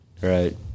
Right